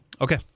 Okay